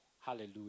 Hallelujah